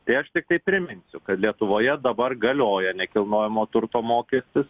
tai aš tiktai priminsiu kad lietuvoje dabar galioja nekilnojamo turto mokestis